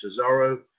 Cesaro